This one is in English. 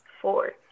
four